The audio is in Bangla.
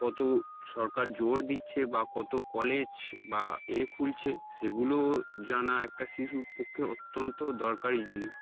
কত সরকার জোর দিচ্ছে বা কত কলেজ বা এ খুলছে সেগুলো জানা একটা শিশুর পক্ষে অত্যন্ত দরকারি জিনিস